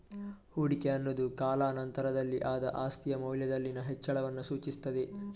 ಹೂಡಿಕೆ ಅನ್ನುದು ಕಾಲಾ ನಂತರದಲ್ಲಿ ಆದ ಆಸ್ತಿಯ ಮೌಲ್ಯದಲ್ಲಿನ ಹೆಚ್ಚಳವನ್ನ ಸೂಚಿಸ್ತದೆ